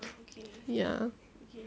ya